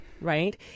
right